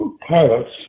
pilots